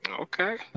Okay